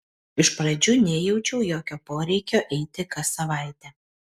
iš pradžių nejaučiau jokio poreikio eiti kas savaitę